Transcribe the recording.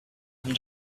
him